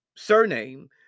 surname